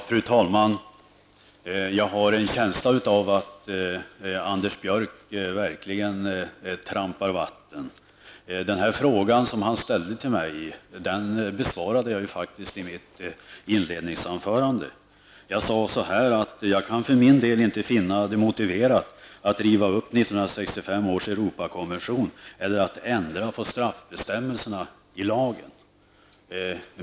Fru talman! Jag har en känsla av att Anders Björck verkligen trampar vatten. Den fråga som han ställde besvarade jag faktiskt i mitt inledningsanförande. Jag sade att jag för min del inte kan finna det motiverat att riva upp 1965 års Europakonvention eller att ändra straffbestämmelserna i lagen.